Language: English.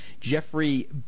Jeffrey